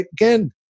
again